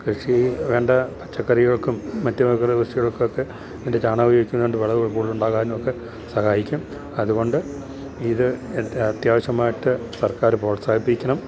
കൃഷി വേണ്ട പച്ചക്കറികൾക്കും മറ്റു കൃഷികൾക്കുമൊക്കെ ഇതിൻ്റെ ചാണകം ഉപയോഗിക്കുന്നതുകൊണ്ട് വിളവ് കൂടുതലുണ്ടാകാനുമൊക്കെ സഹായിക്കും അതുകൊണ്ട് ഇത് അത്യാവശ്യമായിട്ട് സർക്കാര് പ്രോത്സാഹിപ്പിക്കണം